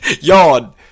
Yawn